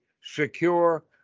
secure